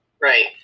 Right